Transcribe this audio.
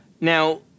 Now